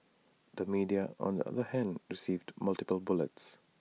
the media on the other hand received multiple bullets